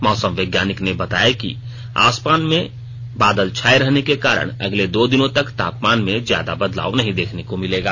मौसम वैज्ञानिक ने बताया कि आसमान में बादल छाये रहने के कारण अगले दो दिनों तक तापमान में ज्यादा बदलाव नहीं देखने को मिलेगा